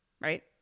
right